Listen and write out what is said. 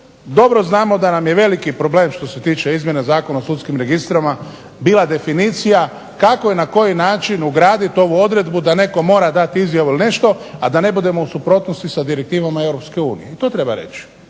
Dobro znamo da nam je veliki problem što se tiče izmjena Zakona o sudskim registrima bila definicija kako i na koji način ugradit ovu odredbu da netko mora dati izjavu ili nešto a da ne budemo u suprotnosti sa direktivama Europske unije. I to treba reći.